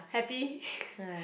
happy